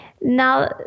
Now